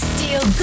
Steel